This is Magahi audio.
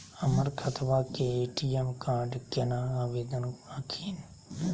हमर खतवा के ए.टी.एम कार्ड केना आवेदन हखिन?